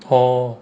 hor